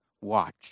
watch